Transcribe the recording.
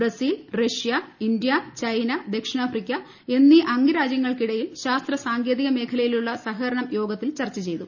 Brazil Russia India China ദക്ഷിണാഫ്രിക്ക എന്നീ അംഗരാജ്യങ്ങൾക്കിടയിൽ ശാസ്ത്ര സാങ്കേതിക മേഖലയിലുള്ള സഹകരണംയോഗത്തിൽ ചർച്ച ചെയ്തു